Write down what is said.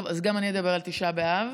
טוב, אז גם אני אדבר על תשעה באב.